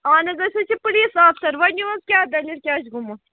اَہَن حظ أسۍ حظ چھِ پُلیٖس آفیسر ؤنِو حظ کیٛاہ دٔلیٖل کیٛاہ چھُ گوٚمُت